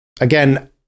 Again